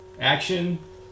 action